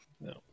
No